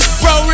bro